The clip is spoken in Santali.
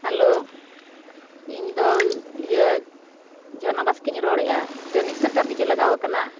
ᱦᱮᱞᱳ ᱤᱧ ᱫᱚ ᱤᱭᱟᱹ ᱡᱷᱟᱱᱚ ᱵᱟᱥᱠᱮᱧ ᱨᱚᱲ ᱮᱫᱟ ᱴᱨᱮᱱᱤᱝ ᱥᱮᱱᱴᱟᱨ ᱜᱮᱪᱚᱝ ᱞᱟᱜᱟᱣ ᱟᱠᱟᱱᱟ